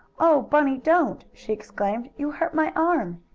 oh, bunny, don't! she exclaimed. you hurt my arm!